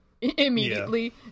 immediately